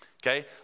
Okay